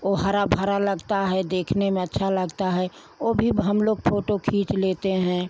ओ हरा भरा लगता है देखने में अच्छा लगता है ओ भी हम लोग फ़ोटो खींच लेते हैं